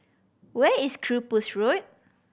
where is Cyprus Road